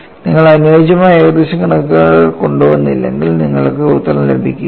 നിങ്ങൾ അനുയോജ്യമായ ഏകദേശ കണക്കുകൾ കൊണ്ടുവന്നില്ലെങ്കിൽ നിങ്ങൾക്ക് ഉത്തരങ്ങൾ ലഭിക്കില്ല